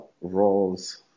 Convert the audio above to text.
roles